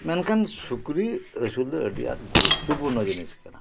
ᱢᱮᱱᱠᱷᱟᱱ ᱥᱩᱠᱨᱤ ᱟᱹᱥᱩᱞ ᱫᱚ ᱟᱹᱰᱤ ᱟᱴ ᱜᱩᱨᱩᱛᱛᱚ ᱯᱩᱨᱱᱚ ᱡᱤᱱᱤᱥ ᱠᱟᱱᱟ